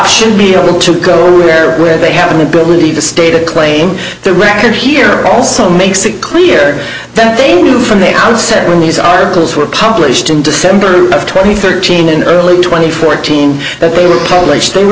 should be able to go there where they have an ability to stay that claim the record here also makes it clear that they are from the outset when these articles were published in december twenty third seen in early twenty fourteen that they were published they were